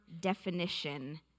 definition